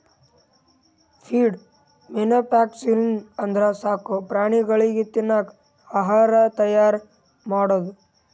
feed manufacturing ಅಂದ್ರ ಸಾಕು ಪ್ರಾಣಿಗಳಿಗ್ ತಿನ್ನಕ್ ಆಹಾರ್ ತೈಯಾರ್ ಮಾಡದು